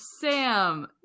Sam